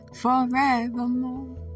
forevermore